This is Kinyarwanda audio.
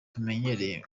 tumenyereye